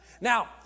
Now